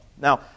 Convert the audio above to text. Now